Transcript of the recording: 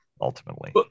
ultimately